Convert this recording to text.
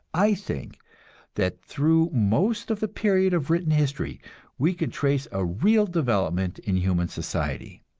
i think that through most of the period of written history we can trace a real development in human society.